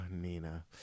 Nina